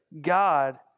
God